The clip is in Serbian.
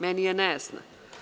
Meni je nejasno.